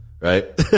Right